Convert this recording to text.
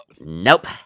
Nope